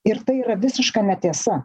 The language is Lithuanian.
ir tai yra visiška netiesa